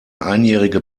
einjährige